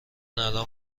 الان